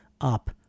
up